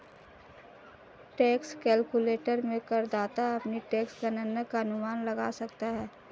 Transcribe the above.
tax calculator में करदाता अपनी टैक्स गणना का अनुमान लगा सकता है